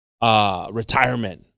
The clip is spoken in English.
retirement